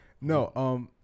No